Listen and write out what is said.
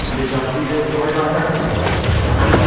did y'all see this story about her? i did not i did